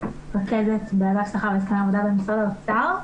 רכזת באגף שכר והסכמי עבודה במשרד האוצר.